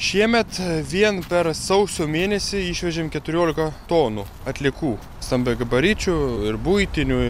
šiemet vien per sausio mėnesį išvežėm keturiolika tonų atliekų stambiagabaričių ir buitinių